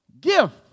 gift